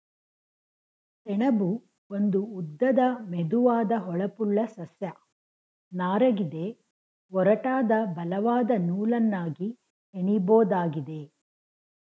ಸೆಣಬು ಒಂದು ಉದ್ದದ ಮೆದುವಾದ ಹೊಳಪುಳ್ಳ ಸಸ್ಯ ನಾರಗಿದೆ ಒರಟಾದ ಬಲವಾದ ನೂಲನ್ನಾಗಿ ಹೆಣಿಬೋದಾಗಿದೆ